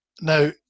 now